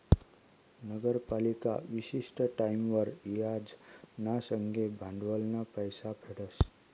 नगरपालिका विशिष्ट टाईमवर याज ना संगे भांडवलनं पैसा फेडस